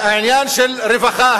העניין של רווחה,